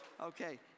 Okay